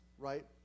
Right